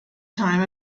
time